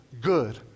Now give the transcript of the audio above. good